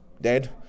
dead